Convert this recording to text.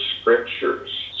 scriptures